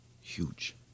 Huge